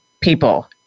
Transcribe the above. people